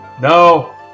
No